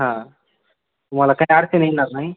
हां तुम्हाला काय अडचन येणार नाही